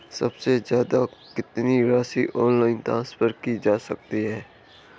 सबसे ज़्यादा कितनी राशि ऑनलाइन ट्रांसफर की जा सकती है?